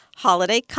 Holiday